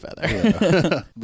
feather